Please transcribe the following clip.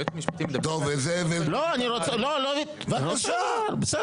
טוב, זאב אלקין, בבקשה.